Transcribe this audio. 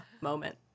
moment